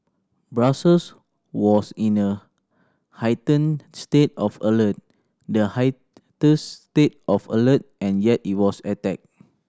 Brussels was in a heightened state of alert the highest state of alert and yet it was attacked